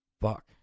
fuck